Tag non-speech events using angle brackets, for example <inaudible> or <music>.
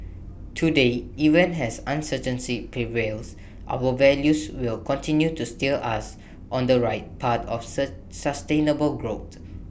today even as uncertainty prevails our values will continue to steer us on the right path of <unintelligible> sustainable growth